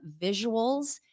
visuals